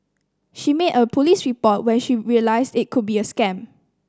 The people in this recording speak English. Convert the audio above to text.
she made a police report when she realised it could be a scam